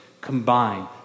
combine